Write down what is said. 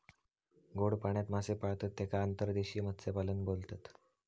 गोड्या पाण्यात मासे पाळतत तेका अंतर्देशीय मत्स्यपालन बोलतत